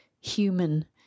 human